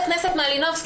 חברת הכנסת מלינובסקי,